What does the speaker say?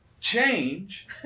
change